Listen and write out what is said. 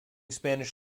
spanish